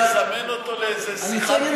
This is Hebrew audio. אני מציע לזמן אותו לאיזו שיחת עידוד,